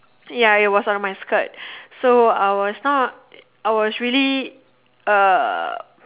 ya it was on my skirt so I was not I was really uh